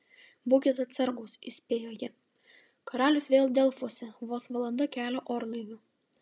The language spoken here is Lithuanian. būkit atsargūs įspėjo ji karalius vėl delfuose vos valanda kelio orlaiviu